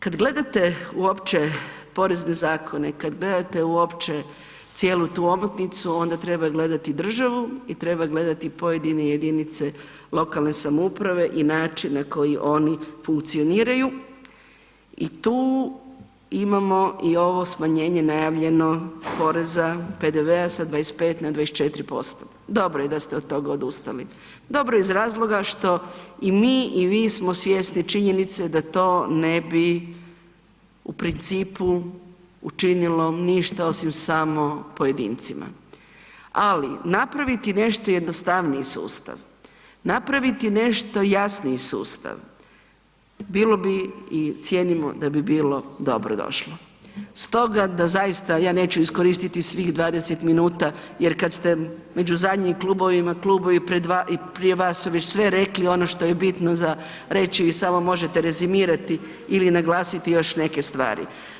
Kad gledate uopće porezne zakone, kad gledate uopće cijelu tu omotnicu onda treba gledati državu i treba gledati pojedine jedinice lokalne samouprave i način na koji oni funkcioniraju i tu imamo i ovo smanjenje najavljeno poreza, PDV-a sa 25 na 24%, dobro je da ste od toga odustali, dobro je iz razloga što i mi i vi smo svjesni činjenice da to ne bi u principu učinilo ništa osim samo pojedincima, ali napraviti nešto jednostavniji sustav, napraviti nešto jasniji sustav, bilo bi i cijenimo da bi bilo dobro došlo, stoga da zaista ja neću iskoristiti svih 20 minuta jer kad ste među zadnjim klubovima, klubovi prije vas su već sve rekli ono što je bitno za reći, vi samo možete rezimirati ili naglasiti još neke stvari.